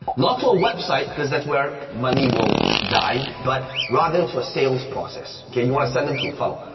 not to a website, because that's where money will die, but rather to a sales process, okay? you wanna send them to a funnel.